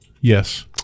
yes